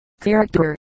Character